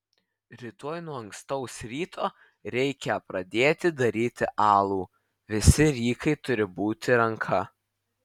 rytoj nuo ankstaus ryto reikią pradėti daryti alų visi rykai turi būti po ranka